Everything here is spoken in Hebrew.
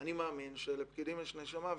אני מאמין שלפקידים יש נשמה,